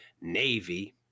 Navy